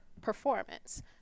performance